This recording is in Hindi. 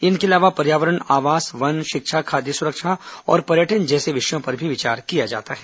इनके अलावा पर्यावरण आवास वन शिक्षा खाद्य सुरक्षा और पर्यटन जैसे विषयों पर भी विचार किया जाता है